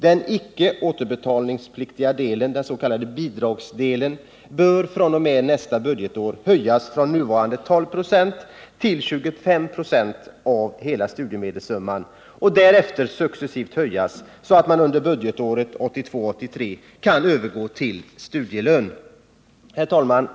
Den icke återbetalningspliktiga delen — den s.k. bidragsdelen — bör fr.o.m. nästa budgetår höjas från nuvarande 12 96 till 25 26 av hela studiemedelssumman och därefter successivt höjas, så att man under budgetåret 1982/83 kan övergå till studielön. Herr talman!